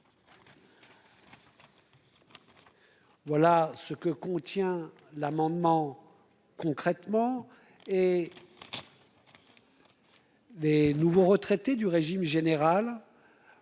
Voilà ce que contient l'amendement concrètement et. Les nouveaux retraités du régime général.